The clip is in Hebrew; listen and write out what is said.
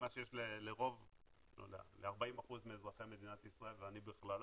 מה שיש ל-40% מאזרחי מדינת ישראל ואני בכללם,